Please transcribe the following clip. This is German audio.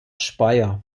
speyer